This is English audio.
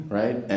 right